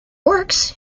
works